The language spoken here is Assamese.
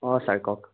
অঁ চাৰ কওক